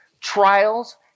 trials